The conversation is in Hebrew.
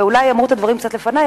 ואולי אמרו את הדברים לפני,